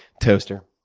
toaster,